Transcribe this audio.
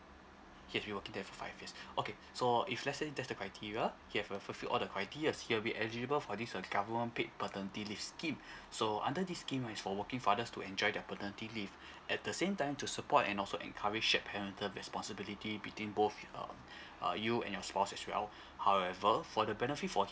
he has been working there for five years okay so if let's say that's the criteria he have uh fulfilled all the criterias he'll be eligible for this uh government paid paternity leave scheme so under this scheme right is for working fathers to enjoy their paternity leave at the same time to support and also encourage their parental responsibility between both uh uh you and your spouse as well however for the benefit for